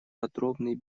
подробный